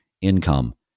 income